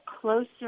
closer